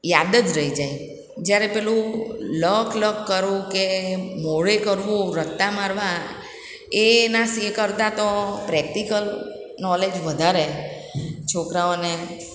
યાદ જ રહી જાય જ્યારે પેલું લખ લખ કરવું કે મોઢે કરવું રટ્ટા મારવા એ એનાસએ કરતાં તો પ્રેક્ટિકલ નૉલેજ વધારે છોકરાઓને